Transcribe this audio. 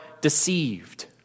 deceived